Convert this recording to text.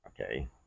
Okay